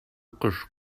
кош